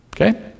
Okay